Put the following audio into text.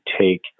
take